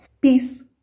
Peace